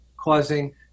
causing